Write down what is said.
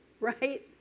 right